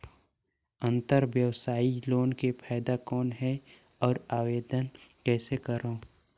अंतरव्यवसायी लोन के फाइदा कौन हे? अउ आवेदन कइसे करव?